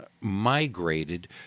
migrated